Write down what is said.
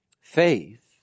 Faith